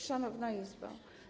Szanowna Izbo!